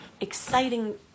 Exciting